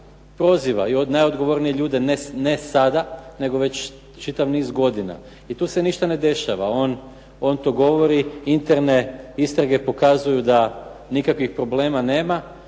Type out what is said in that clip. proziva i od najodgovornije ljude, ne sada, nego već čitav niz godina. I tu se ništa ne dešava. On to govori, interne istrage pokazuju da nikakvih problema nema,